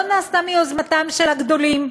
לא נעשתה מיוזמתם של הגדולים,